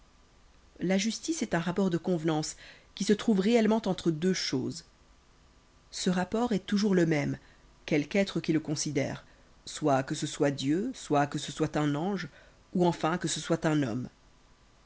la justice est un rapport de convenance qui se trouve réellement entre deux choses ce rapport est toujours le même quelque être qui le considère soit que ce soit dieu soit que ce soit un ange ou enfin que ce soit un homme